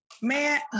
Man